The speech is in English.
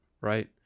right